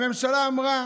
הממשלה אמרה